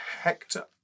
Hector